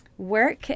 work